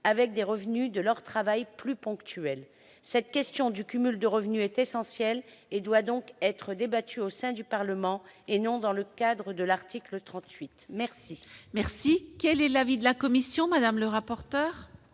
avec des revenus de leur travail plus ponctuels. Cette question du cumul de revenu est essentielle et doit donc être débattue au sein du Parlement et non dans le cadre de l'article 38. Quel est l'avis de la commission ? La commission a